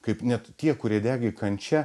kaip net tie kurie degė kančia